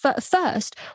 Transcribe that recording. first